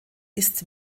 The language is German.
ist